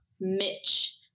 Mitch